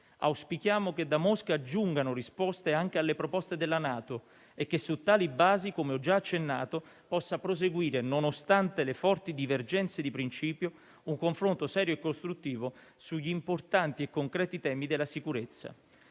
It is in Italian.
Auspichiamo che da Mosca giungano risposte anche alle proposte della NATO e che su tali basi - come ho già accennato - possa proseguire, nonostante le forti divergenze di principio, un confronto serio e costruttivo sugli importanti e concreti temi della sicurezza.